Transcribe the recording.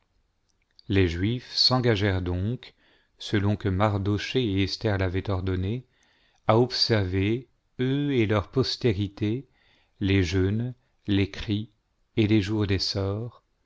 les juifs s'engagèrent donc selon que mardochée et esther l'avaient ordonné à observer eux et leur postérité les jeûnes les cris et les jours des sorts